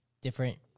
different